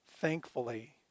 Thankfully